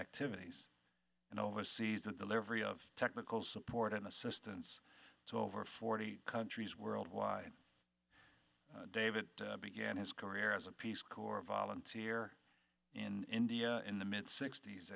activities and oversees the delivery of technical support and assistance to over forty countries worldwide david began his career as a peace corps volunteer in india in the mid sixt